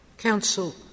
Council